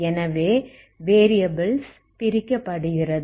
எனவே வேரியபில்ஸ் பிரித்தெடுக்கப்படுகிறது